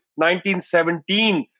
1917